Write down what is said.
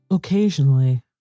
Occasionally